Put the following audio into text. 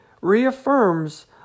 reaffirms